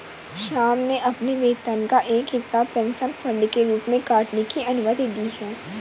श्याम ने अपने वेतन का एक हिस्सा पेंशन फंड के रूप में काटने की अनुमति दी है